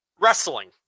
Wrestling